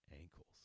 ankles